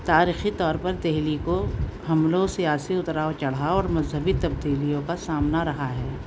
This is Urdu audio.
تاریخی طور پر دہلی کو حملوں سیاسی اتار چڑھاؤ اور مذہبی تبدیلیو کا سامنا رہا ہے